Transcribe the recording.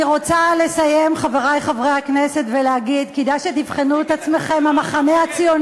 אני רוצה לסיים, מה שאת עושה יום-יום, המילה,